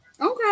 Okay